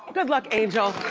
good luck, angel.